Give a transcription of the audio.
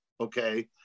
okay